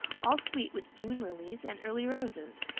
all sweet with june lilies and early roses,